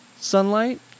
sunlight